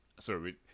Sorry